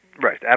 Right